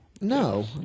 No